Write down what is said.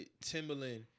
Timberland